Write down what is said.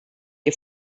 que